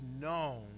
known